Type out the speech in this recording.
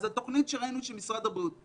אז למה תעזור התוכנית שראינו של משרד הבריאות?